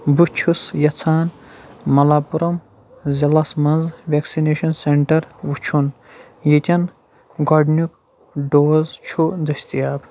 بہٕ چھُس یژھان مَلاپوٗرم ضلعس مَنٛز ویٚکسِنیشن سینٹر وُچھُن یتٮ۪ن گۄڈٕنیُک ڈوز چھُ دٔستِیاب